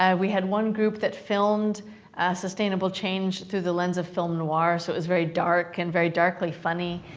and we had one group that filmed sustainable change through the lens of film noir. so, it was very dark, and very darkly funny.